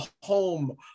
home